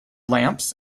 lamps